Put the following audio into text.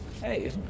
hey